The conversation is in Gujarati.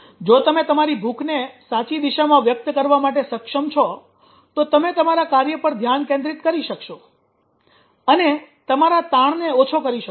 જો તમે તમારી ભૂખને સાચી દિશામાં વ્યક્ત કરવા માટે સક્ષમ છો તો તમે તમારા કાર્ય પર ધ્યાન કેન્દ્રિત કરી શકશો અને તમારા તાણને ઓછો કરી શકશો